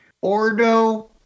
Ordo